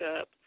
up